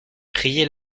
prier